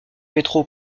métro